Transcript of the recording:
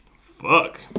Fuck